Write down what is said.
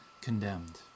condemned